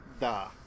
Da